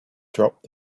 dropped